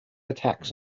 attacks